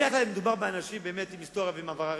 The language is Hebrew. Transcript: בדרך כלל מדובר באנשים עם היסטוריה ועם עבר,